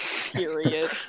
period